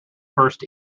first